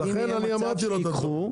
לכן אני אמרתי לו את הדברים.